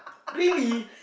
really